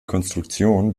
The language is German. konstruktion